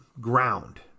ground